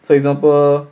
for example